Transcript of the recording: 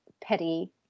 petty